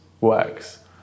works